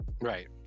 Right